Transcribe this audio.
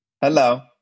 hello